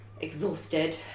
exhausted